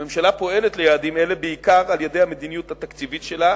הממשלה פועלת להשגת יעדים אלה בעיקר על-ידי המדיניות התקציבית שלה